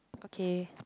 okay